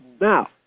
Now